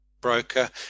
broker